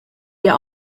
ihr